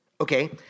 okay